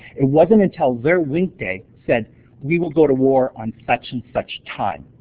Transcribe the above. it wasn't until their winkta said we will go to war on such and such time.